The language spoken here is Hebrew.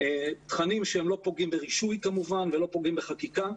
תכנים שהם לא פוגעים ברישוי כמובן ולא פוגעים בחקיקה.